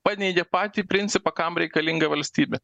paneigia patį principą kam reikalinga valstybė